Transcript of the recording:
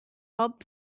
bob